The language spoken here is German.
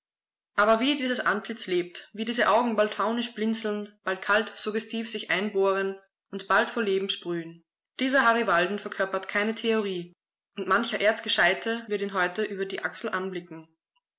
aber wie dieses antlitz lebt wie diese augen bald faunisch blinzeln bald kalt-suggestiv sich einbohren und bald vor leben sprühen dieser harry walden verkörpert keine theorie und mancher erzgescheite wird ihn heute über die achsel anblicken